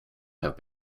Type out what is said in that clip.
have